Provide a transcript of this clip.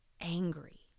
angry